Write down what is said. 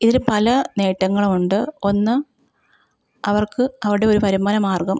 ഇതിൽ പല നേട്ടങ്ങളുണ്ട് ഒന്ന് അവർക്ക് അവരുടെ ഒരു വരുമാന മാർഗം